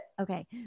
Okay